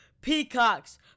Peacocks